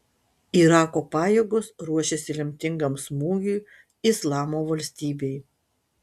irako pajėgos ruošiasi lemtingam smūgiui islamo valstybei